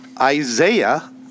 Isaiah